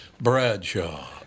Bradshaw